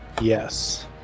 Yes